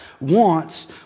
wants